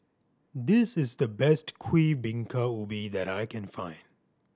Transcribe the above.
this is the best Kuih Bingka Ubi that I can find